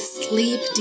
sleep